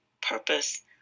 purpose